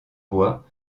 bois